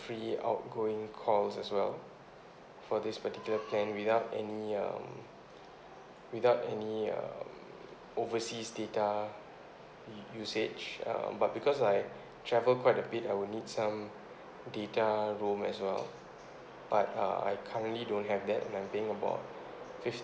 free outgoing calls as well for this particular plan without any um without any um overseas data usage um but because I travel quite a bit I will need some data roam as well but uh I currently don't have that and I'm paying about fifty